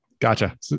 Gotcha